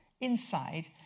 inside